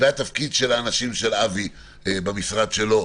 והתפקיד של האנשים של אבי במשרד שלו,